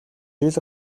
жил